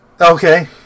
Okay